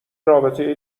رابطه